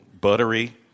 buttery